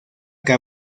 que